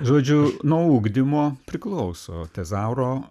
žodžiu nuo ugdymo priklauso tezauro